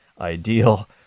ideal